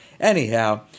Anyhow